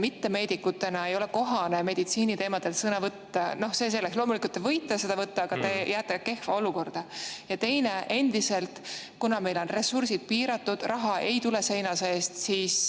mittemeedikuna ei ole kohane meditsiiniteemadel sõna võtta. No see selleks, loomulikult te võite sõna võtta, aga te jääte kehva olukorda. Teiseks, kuna meil on ressursid endiselt piiratud, raha ei tule seina seest, siis